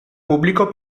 pubblico